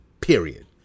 period